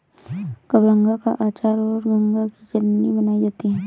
कबरंगा का अचार और गंगा की चटनी बनाई जाती है